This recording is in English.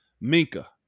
Minka